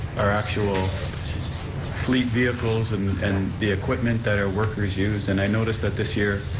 our actual fleet vehicles and and the equipment that our workers use, and i noticed that this year